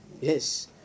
Yes